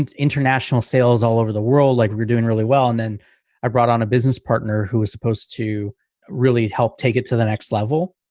um international sales all over the world, like we're doing really well. and then i brought on a business partner who was supposed to really help take it to the next level.